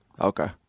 Okay